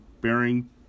bearing